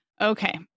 Okay